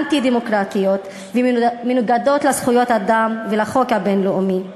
אנטי-דמוקרטיות ומנוגדות לזכויות האדם ולחוק הבין-לאומי.